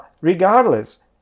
regardless